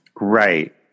Right